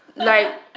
like,